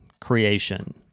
creation